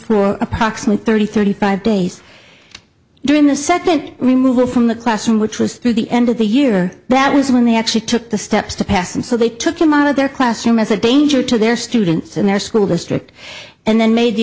for approximately thirty thirty five days during the second removal from the classroom which was through the end of the year that was when they actually took the steps to pass and so they took him out of their classroom as a danger to their students in their school district and then made the